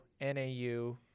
NAU